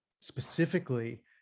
specifically